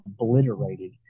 obliterated